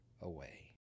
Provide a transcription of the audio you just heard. away